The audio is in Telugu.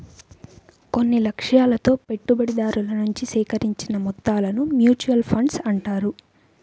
కొన్ని లక్ష్యాలతో పెట్టుబడిదారుల నుంచి సేకరించిన మొత్తాలను మ్యూచువల్ ఫండ్స్ అంటారు